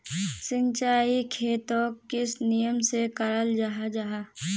सिंचाई खेतोक किस नियम से कराल जाहा जाहा?